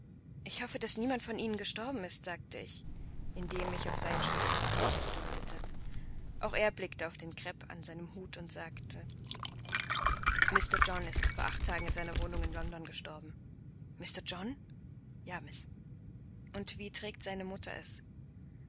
ich hoffe daß niemand von ihnen gestorben ist sagte ich indem ich auf seinen schwarzen anzug deutete auch er blickte auf den krepp an seinem hute und sagte mr john ist gestern vor acht tagen in seiner wohnung in london gestorben mr john ja miß und wie trägt seine mutter es